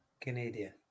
Canadian